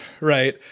right